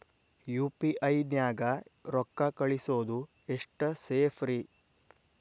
UPI ನ್ಯಾಗ ರೊಕ್ಕ ಕಳಿಸೋದು ಎಷ್ಟ ಸೇಫ್ ರೇ?